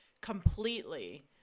completely